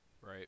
right